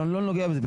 אבל אני לא נוגע בזה.